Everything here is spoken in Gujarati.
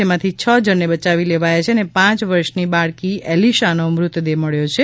જેમાથી છ જણને બયાવી લેવાયા છે અને પાંચ વર્ષની બાળકી એલીશાનો મૃતદેહ મળ્યો છે